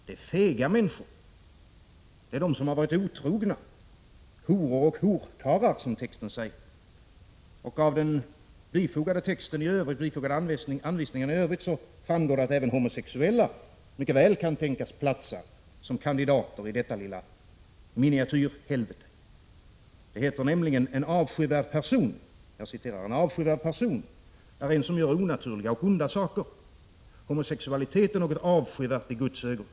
Det är fega människor, det är de som har varit otrogna, horor och horkarlar som det står i texten. Av de bifogade anvisningarna i övrigt framgår det att även homosexuella mycket väl kan tänkas platsa som kandidater i detta lilla miniatyrhelvete. Det heter nämligen att ”en avskyvärd person” är en person som gör onaturliga och onda saker. Homosexualiteten är något avskyvärt i Guds ögon.